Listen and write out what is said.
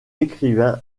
écrivain